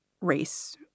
race